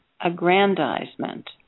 aggrandizement